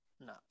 No